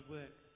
work